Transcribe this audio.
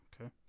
Okay